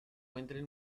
salesiano